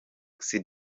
the